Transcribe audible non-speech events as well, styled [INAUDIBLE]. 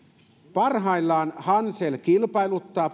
parhaillaan hansel kilpailuttaa [UNINTELLIGIBLE]